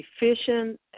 efficient